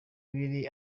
biri